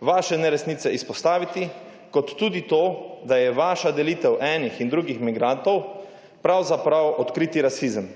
vaše neresnice izpostaviti, kot tudi to, da je vaša delitev enih in drugih migrantov pravzaprav odkriti rasizem.